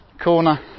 corner